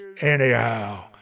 anyhow